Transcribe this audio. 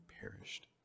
perished